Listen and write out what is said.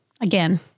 again